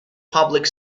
public